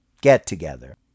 get-together